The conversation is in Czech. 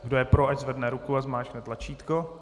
Kdo je pro, ať zvedne ruku a zmáčkne tlačítko.